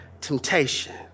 temptation